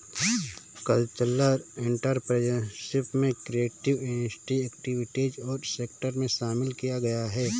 cultural entrepreneurship में creative industry activities और sector को शामिल किया गया है